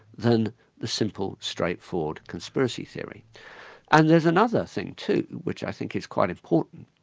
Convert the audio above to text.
than the simple, straightforward conspiracy theory and there's another thing too, which i think is quite important,